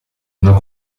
non